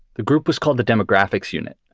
the group was called the demographics unit,